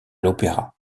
l’opéra